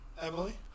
Emily